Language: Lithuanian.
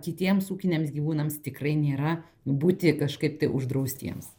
kitiems ūkiniams gyvūnams tikrai nėra būti kažkaip tai uždraustiems